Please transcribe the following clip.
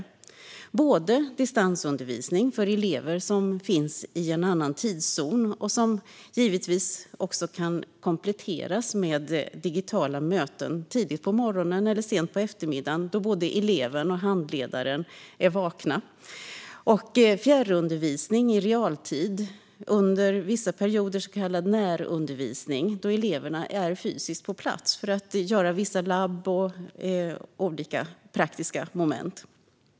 Det handlar både om distansundervisning för elever som finns i en annan tidszon - och som givetvis också kan kompletteras med digitala möten tidigt på morgonen eller sent på eftermiddagen då både eleven och handledaren är vakna - och fjärrundervisning i realtid och under vissa perioder så kallad närundervisning, då eleverna är fysiskt på plats för att göra vissa labbmoment och annat praktiskt.